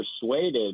persuaded